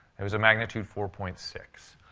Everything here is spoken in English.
it was a magnitude four point six.